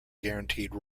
guaranteed